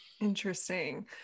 Interesting